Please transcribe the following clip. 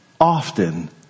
often